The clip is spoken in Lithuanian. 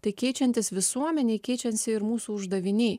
tai keičiantis visuomenei keičiasi ir mūsų uždaviniai